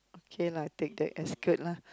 okay lah take that as good lah